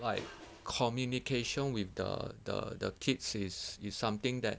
like communication with the the the kids is is something that